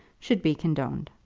should be condoned.